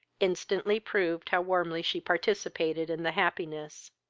instantly proved how warmly she participated in the happiness.